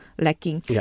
lacking